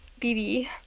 BB